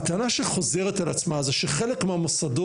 הטענה שחוזרת על עצמה זה שחלק מהמוסדות